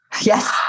Yes